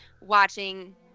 watching